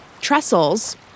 Trestles